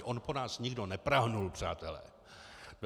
On po nás nikdo neprahnul, přátelé.